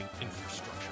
infrastructure